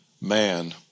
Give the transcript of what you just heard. man